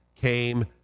came